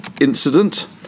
incident